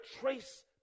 trace